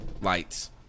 lights